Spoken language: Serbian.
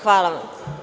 Hvala vam.